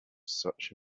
such